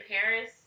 Paris